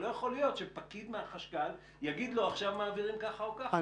ולא יכול להיות שפקיד מהחשב הכללי יגיד לו: עכשיו מעבירים ככה או ככה.